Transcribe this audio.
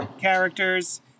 characters